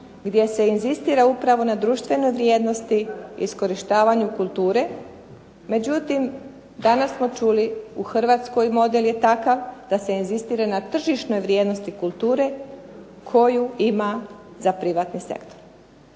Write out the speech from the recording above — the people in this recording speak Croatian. gdje se inzistira upravo na društvenoj vrijednosti i iskorištavanju kulture. Međutim, danas smo čuli u Hrvatskoj model je takav da se inzistira na tržišnoj vrijednosti kulture koju ima za privatni sektor.